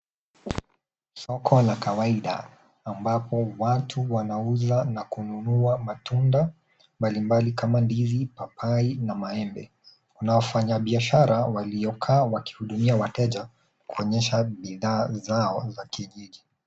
Soko la kawaida ambapo watu wanauza na kununua matunda mbalimbali kama ndizi, papai na maembe. Kuna wafanyabiashara waliokaa wakihudumia wateja kuonyesha bidhaa zao za kijiji.